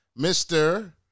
Mr